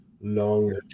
long